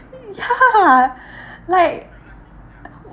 ya like